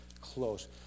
close